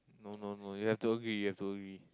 no no no you have to agree you have to agree